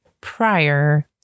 prior